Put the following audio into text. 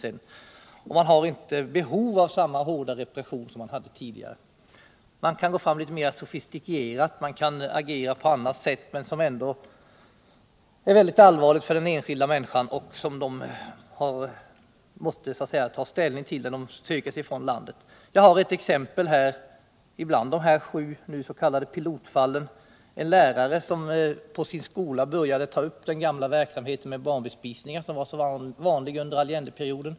Juntan har alltså inte längre behov av samma hårda repression som tidigare, utan kan gå fram litet mera sofistikerat och agera på ett annat sätt. Även detta upplevs som mycket allvarligt av de enskilda människorna, som måste ta ställning till sin situation innan de söker sig ut ur landet. Som exempel på hur människorna nu kan drabbas vill jag nämna en lärare som finns med bland de sju s.k. pilotfallen. Hon började att på sin skola återuppta den gamla verksamheten med barnbespisningar som var så vanlig under Allendeperioden.